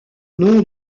nom